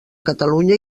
catalunya